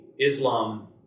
Islam